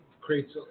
creates